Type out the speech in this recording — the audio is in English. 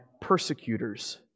persecutors